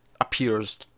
appears